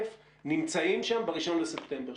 נמצאים שם ב-1 בספטמבר,